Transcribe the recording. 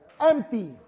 empty